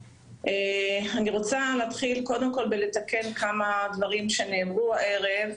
אני רוצה להתחיל קודם כל בלתקן כמה דברים שנאמרו היום.